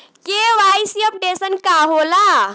KYC updation का होला?